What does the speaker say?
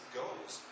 goes